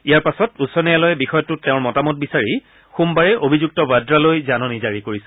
ইয়াৰ পাছত উচ্চ ন্যায়ালয়ে বিষয়টোত তেওঁৰ মতামত বিচাৰি যোৱা সোমবাৰে অভিযুক্ত ৱাদ্ৰালৈ জাননী জাৰি কৰিছিল